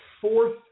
fourth